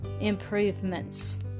Improvements